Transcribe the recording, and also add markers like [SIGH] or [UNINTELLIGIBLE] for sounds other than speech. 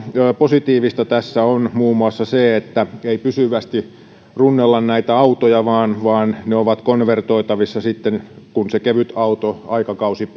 positiivista tässä on muun muassa se ettei pysyvästi runnella autoja vaan vaan ne ovat konvertoitavissa sitten kun se kevytautoaikakausi [UNINTELLIGIBLE]